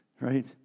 Right